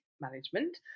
management